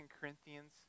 Corinthians